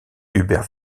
hubert